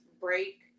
break